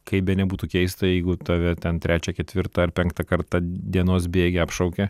kaip benebūtų keista jeigu tave ten trečią ketvirtą ar penktą kartą dienos bėgyje apšaukia